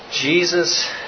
Jesus